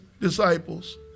disciples